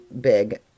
big